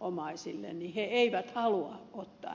omaisille he eivät halua ottaa näitä elimiä